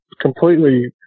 completely